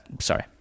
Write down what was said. sorry